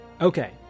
Okay